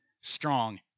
strong